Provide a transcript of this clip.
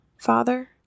father